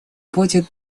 будет